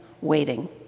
waiting